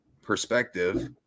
perspective